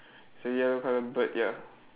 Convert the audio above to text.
it's a yellow coloured bird ya